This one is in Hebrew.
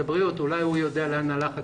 אולי נציג משרד הבריאות יודע לאן הלך הכסף.